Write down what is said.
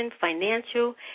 financial